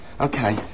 okay